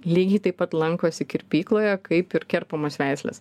lygiai taip pat lankosi kirpykloje kaip ir kerpamos veislės